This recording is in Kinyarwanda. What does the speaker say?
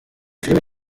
filimi